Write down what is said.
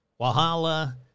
Wahala